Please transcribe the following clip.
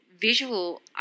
visual